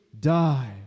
die